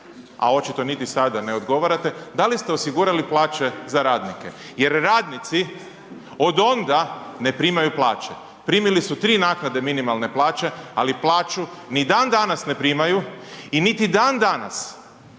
a očito niti sada ne odgovarate, da li ste osigurali plaće za radnice. Jer radnici od onda ne primaju plaće. Primili su 3 naknade minimalne plaće, ali plaću ni an danas ne primaju i niti dan danas